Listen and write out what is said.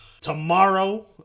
tomorrow